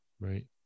Right